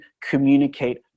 communicate